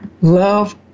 love